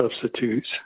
substitutes